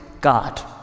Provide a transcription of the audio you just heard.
God